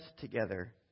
together